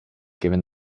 given